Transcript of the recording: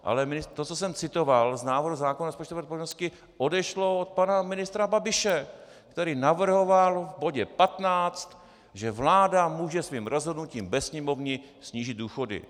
Ale to, co jsem citoval z návrhu zákona k rozpočtové odpovědnosti, odešlo od pana ministra Babiše, který navrhoval v bodě 15, že vláda může svým rozhodnutím bez Sněmovny snížit důchody.